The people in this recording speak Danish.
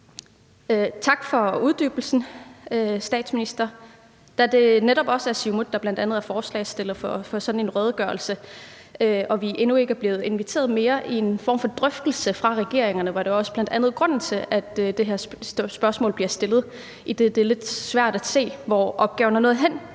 Tak for uddybningen, statsminister. Da det netop også er Siumut, der bl.a. er forslagsstiller for sådan en redegørelse og vi endnu ikke er blevet inviteret mere til en form for drøftelse med regeringen, er det også bl.a. grunden til, at det her spørgsmål bliver stillet, idet det er lidt svært at se, hvor opgaven er nået hen.